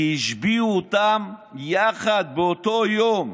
כי השביעו אותם יחד באותו יום.